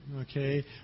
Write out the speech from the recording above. Okay